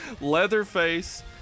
Leatherface